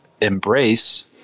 embrace